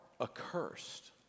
accursed